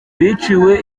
wiciwe